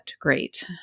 great